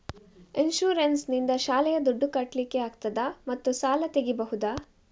Insurance ನಿಂದ ಶಾಲೆಯ ದುಡ್ದು ಕಟ್ಲಿಕ್ಕೆ ಆಗ್ತದಾ ಮತ್ತು ಸಾಲ ತೆಗಿಬಹುದಾ?